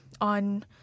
on